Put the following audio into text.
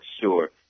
sure